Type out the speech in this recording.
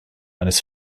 eines